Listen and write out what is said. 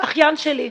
אחיין שלי,